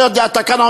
אני יודע אותם.